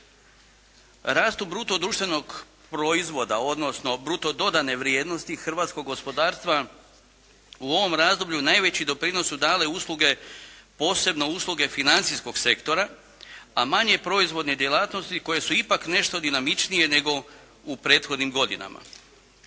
Rastu bruto društvenog proizvoda, odnosno bruto dodane vrijednosti hrvatskog gospodarstva u ovom razdoblju najveći doprinos su dale usluge, posebno usluge financijskog sektora a manje proizvodne djelatnosti koje su ipak nešto dinamičnije nego u prethodnim godinama.